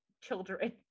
children